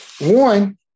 One